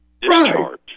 discharge